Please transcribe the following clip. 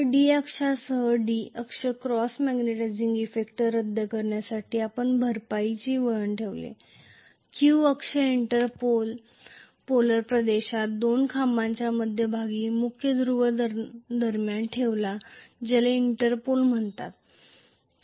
तर D अक्षांसह D अक्ष क्रॉस मॅग्नेटिझिंग इफेक्ट रद्द करण्यासाठी आपण कॉम्पेन्सेटिंग विंडींग ठेवले Q अक्ष इंटर पोलर प्रदेशात दोन खांबाच्या मध्यभागी मुख्य ध्रुव दरम्यान ठेवला ज्याला इंटरपोल म्हणतात